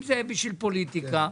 אם זה בשביל פוליטיקה,